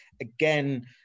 again